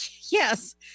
yes